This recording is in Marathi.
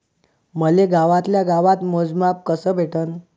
मले गावातल्या गावात मोजमाप कस भेटन?